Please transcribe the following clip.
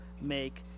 make